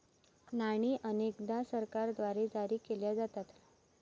नाणी अनेकदा सरकारद्वारे जारी केल्या जातात